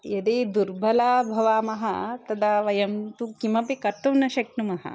यदि दुर्बला भवामः तदा वयं तु किमपि कर्तुं न शक्नुमः